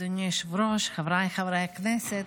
אדוני היושב-ראש, חבריי חברי הכנסת,